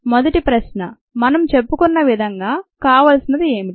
మొదటి ప్రశ్న మనము చెప్పుకున్న విధంగా కావలసింది ఏమిటి